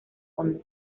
fondo